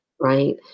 Right